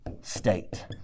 state